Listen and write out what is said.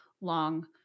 long